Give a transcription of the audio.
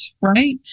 right